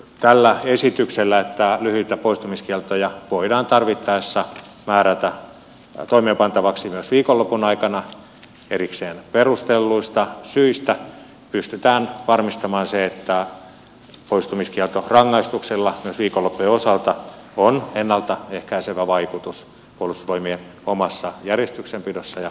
tällä esityksellä että lyhyitä poistumiskieltoja voidaan tarvittaessa määrätä toimeenpantavaksi myös viikonlopun aikana erikseen perustelluista syistä pystytään varmistamaan se että poistumiskieltorangaistuksilla myös viikonloppujen osalta on ennaltaehkäisevä vaikutus puolustusvoimien omassa järjestyksenpidossa ja myös rikostorjunnassa